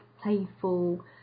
playful